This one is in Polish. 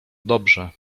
dobrze